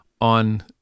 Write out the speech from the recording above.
on